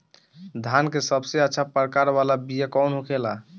धान के सबसे अच्छा प्रकार वाला बीया कौन होखेला?